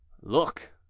look